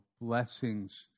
blessings